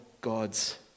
God's